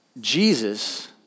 Jesus